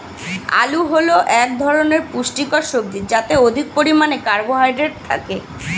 আলু হল এক ধরনের পুষ্টিকর সবজি যাতে অধিক পরিমাণে কার্বোহাইড্রেট থাকে